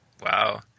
wow